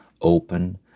open